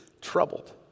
troubled